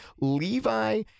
levi